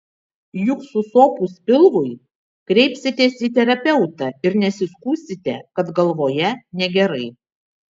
juk susopus pilvui kreipsitės į terapeutą ir nesiskųsite kad galvoje negerai